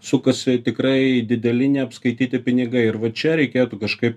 sukasi tikrai dideli neapskaityti pinigai ir vat čia reikėtų kažkaip